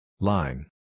Line